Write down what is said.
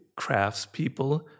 craftspeople